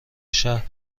شهر